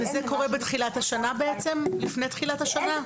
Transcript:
וזה קורה לפני תחילת השנה?